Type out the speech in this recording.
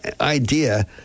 idea